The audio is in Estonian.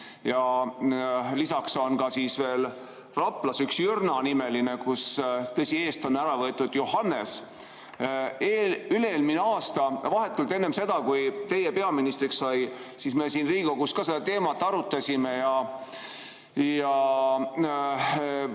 ja lisaks on veel Raplas üks Jürna-nimeline, kus, tõsi, eest on ära võetud nimi Johannes. Üle-eelmine aasta, vahetult enne seda, kui teie peaministriks saite, me siin Riigikogus seda teemat arutasime ja